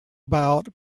about